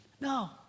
No